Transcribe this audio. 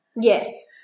Yes